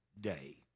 day